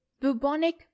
bubonic